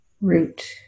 root